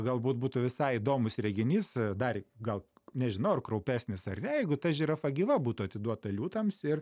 galbūt būtų visai įdomus reginys dar gal nežinau ar kraupesnis ar ne jeigu ta žirafa gyva būtų atiduota liūtams ir